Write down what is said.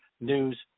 News